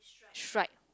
stripe